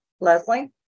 Leslie